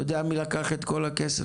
אתה יודע מי לקח את כל הכסף?